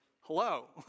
hello